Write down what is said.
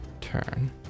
turn